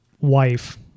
wife